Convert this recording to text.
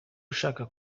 ushaka